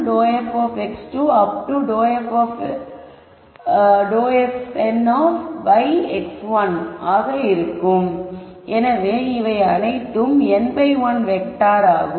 ∂fnxn ஆக இருக்கும் எனவே இவை அனைத்தும் n1 வெக்டார் ஆகும்